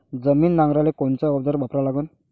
जमीन नांगराले कोनचं अवजार वापरा लागन?